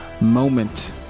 moment